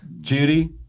Judy